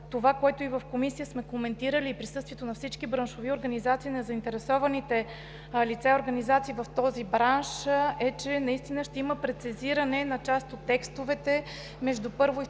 това, което и в Комисията сме коментирали в присъствието на всички браншови организации на заинтересованите лица и организации в този бранш, е, че наистина ще има прецизиране на част от текстовете между първо и второ